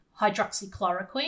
hydroxychloroquine